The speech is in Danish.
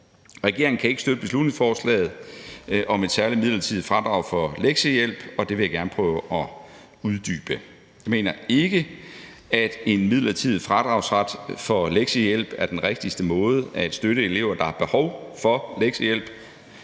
Regeringen kan ikke støtte beslutningsforslaget om et særligt midlertidigt fradrag for lektiehjælp, og det vil jeg gerne prøve at uddybe. Vi mener ikke, at en midlertidig fradragsret for lektiehjælp er den rigtigste måde at støtte elever, der har behov for lektiehjælp,